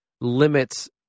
limits